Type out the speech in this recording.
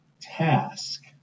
task